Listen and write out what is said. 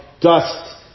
dust